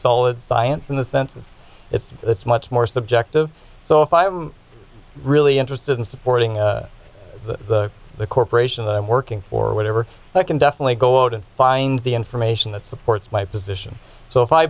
solid science in the sense of it's much more subjective so if i'm really interested in supporting the corporation that i'm working for whatever i can definitely go out and find the information that supports my position so if i